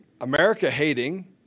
America-hating